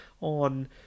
on